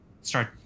start